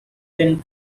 been